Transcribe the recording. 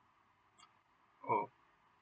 oh